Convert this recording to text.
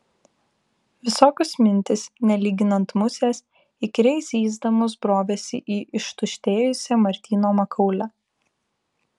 visokios mintys nelyginant musės įkyriai zyzdamos brovėsi į ištuštėjusią martyno makaulę